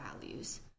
values